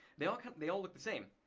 they all kind of they all look the same.